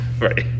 right